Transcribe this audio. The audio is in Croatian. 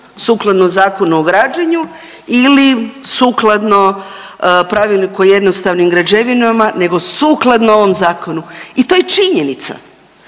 sukladno Zakonu o građenju ili sukladno Pravilniku o jednostavnim građevinama nego sukladno ovom zakonu i to je činjenica.